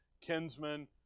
kinsmen